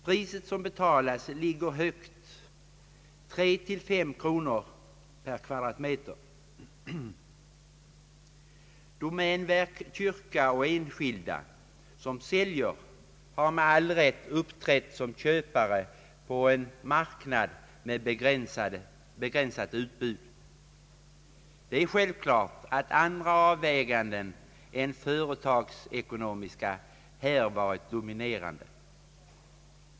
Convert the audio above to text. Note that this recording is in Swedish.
Priset som betalas ligger högt, 3—5 kronor per kvadratmeter. Domänverk, kyrka och enskilda som varit säljare har med all rätt uppträtt som köpare på en marknad med begränsat utbud. Det är självklart att andra avvägningar än företagsekonomiska här varit dominerande.